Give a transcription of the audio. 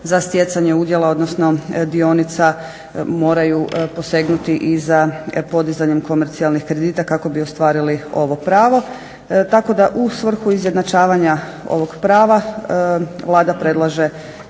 za stjecanje udjela odnosno dionica moraju posegnuti i za podizanjem komercijalnih kredita kako bi ostvarili ovo pravo. Tako da u svrhu izjednačavanja ovog prava Vlada predlaže